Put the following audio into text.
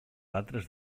altres